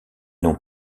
non